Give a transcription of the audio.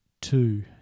two